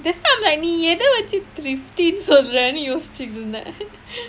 that's why I am like நீ எத வச்சு:nee etha vachchu thrifty னு சொல்லுற:nu sollura